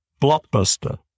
Blockbuster